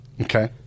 Okay